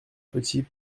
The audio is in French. petits